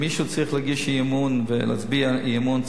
אם מישהו צריך להגיש אי-אמון ולהצביע אי-אמון,